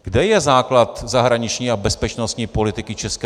Kde je základ zahraniční a bezpečnostní politiky ČR?